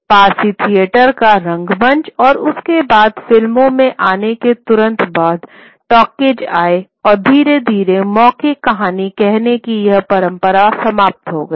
Parsi theatre का रंगमंच और उसके बाद फिल्मों में आने के तुरंत बाद टॉकीज आये और धीरे धीरे मौखिक कहानी कहने की यह परंपरा समाप्त हो गई